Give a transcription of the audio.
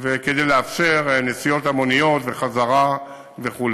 וכדי לאפשר נסיעות המוניות וחזרה וכו'